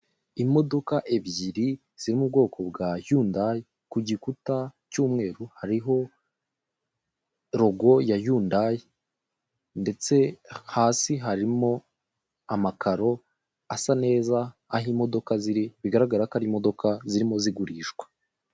Imodoka ebyiri ziri mu bwoko bwa yundayi, ku gikuta cy'umweru hariho rogo ya yundayi ndetse hasi harimo amakaro asa neza aho imodoka ziri, bigaragara ko ari imodoka zirimo zigurishwa.